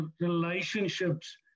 relationships